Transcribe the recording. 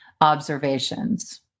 observations